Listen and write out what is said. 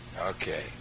Okay